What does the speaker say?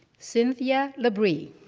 cinthia labrie.